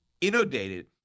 inundated